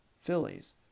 Phillies